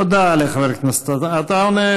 תודה לחבר הכנסת עטאונה.